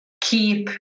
keep